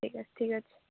ଠିକ୍ ଅଛି ଠିକ୍ ଅଛି